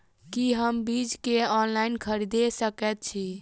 की हम बीज केँ ऑनलाइन खरीदै सकैत छी?